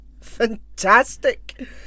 Fantastic